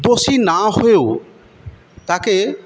দোষী না হয়েও তাকে